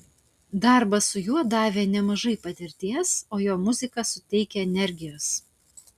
darbas su juo davė nemažai patirties o jo muzika suteikia energijos